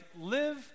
live